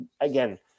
again –